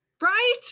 Right